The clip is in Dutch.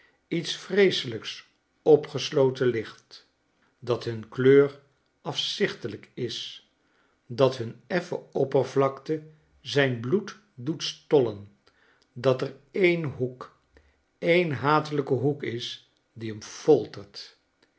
iets vreeselijks opgesloten ligt dat hun kleur afzichtelijk is dat hun effen oppervlakte zijn bloed doet stollen dat er een hoek een hatelijke hoek is die hem foltert